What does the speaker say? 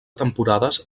temporades